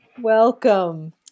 welcome